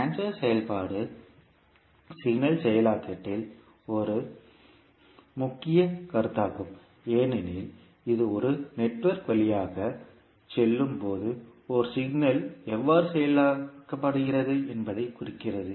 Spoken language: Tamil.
ட்ரான்ஸ்பர் செயல்பாடு சமிக்ஞை செயலாக்கத்தில் ஒரு முக்கிய கருத்தாகும் ஏனெனில் இது ஒரு நெட்வொர்க் வழியாக செல்லும் போது ஒரு சிக்னல் எவ்வாறு செயலாக்கப்படுகிறது என்பதைக் குறிக்கிறது